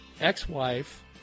ex-wife